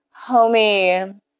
Homie